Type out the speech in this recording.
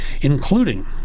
including